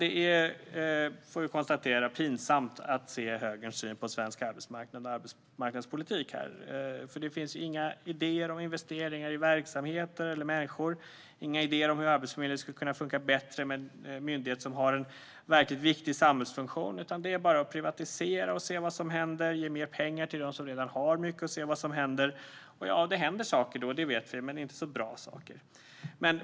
Jag konstaterar att det är pinsamt att se högerns syn på svensk arbetsmarknad och arbetsmarknadspolitik här. Det finns inga idéer om investeringar i verksamheter eller människor och inga idéer om hur Arbetsförmedlingen, en myndighet som har en verkligt viktig samhällsfunktion, skulle kunna funka bättre, utan det är bara att privatisera, ge mer pengar till dem som redan har mycket och se vad som händer. Ja, att det händer saker då vet vi, men inte så bra saker.